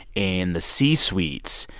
in the c-suites,